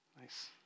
Nice